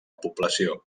població